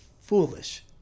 foolish